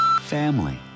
Family